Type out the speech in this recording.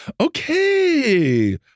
Okay